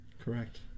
Correct